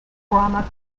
brahma